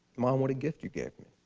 mom, what a gift you gave me!